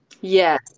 Yes